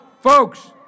folks